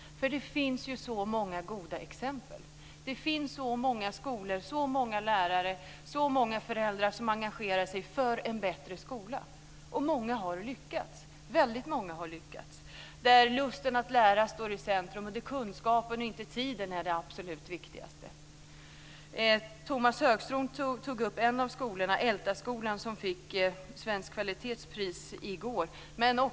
Det finns så många goda exempel. Det finns så många skolor, lärare och föräldrar som engagerar sig för en bättre skola. Väldigt många har lyckats, där lusten att lära står i centrum, där kunskapen och inte tiden är det absolut viktigaste. Tomas Högström tog upp en av skolorna, nämligen Älta skola som fick priset Svensk Kvalitet i går.